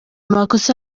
makosa